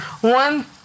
One